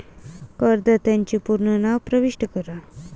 करदात्याचे पूर्ण नाव प्रविष्ट करा